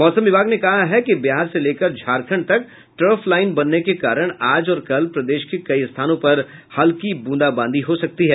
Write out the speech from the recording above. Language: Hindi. मौसम विभाग ने कहा है कि बिहार से लेकर झारखंड तक ट्रफ लाईन बनने के कारण आज और कल प्रदेश के कई स्थानों पर हल्की बूंदाबांदी हो सकती है